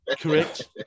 Correct